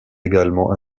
également